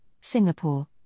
Singapore